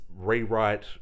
rewrite